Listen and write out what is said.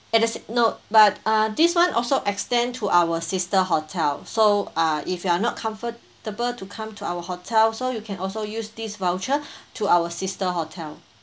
it is no but uh this [one] also extend to our sister hotel so uh if you are not comfortable to come to our hotel so you can also use this voucher to our sister hotel